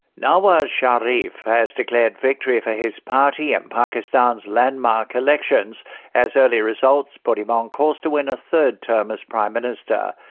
nawaz sharif has declared victory for his party in and pakistan's landmark elections as early results put him on course to win a third term as prime minister.